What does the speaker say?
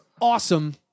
awesome